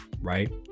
right